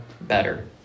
better